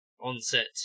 on-set